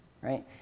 right